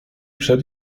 przed